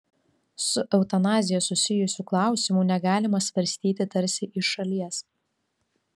su eutanazija susijusių klausimų negalima svarstyti tarsi iš šalies